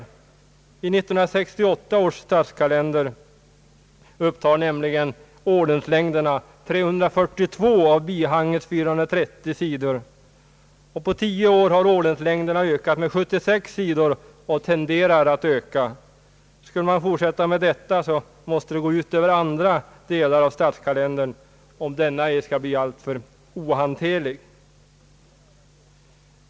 I 1968 års statskalender upptar ordenslängderna nämligen 342 av bihangets 430 sidor. Under tio år har ordenslängderna ökat med 76 sidor och tenderar att öka ytterligare. En fortsättning av denna utveckling måste drabba andra delar av statskalendern, om denna inte skall bli alltför svårhanterlig.